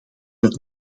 het